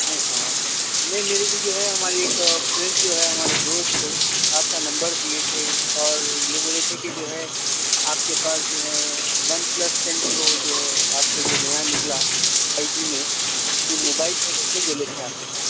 نہیں میرے کو جو ہے ہمارے ایک فرینڈ جو ہے ہمارے دوست آپ کا نمبر دیے تھے اور یہ بولے تھے کہ جو ہے آپ کے پاس جو ہے ون پلس ٹین پرو جو ہے آج کل جو نیا نکلا فائیوجی میں وہ موبائل ہے بول کے بولے تھے آپ کے پاس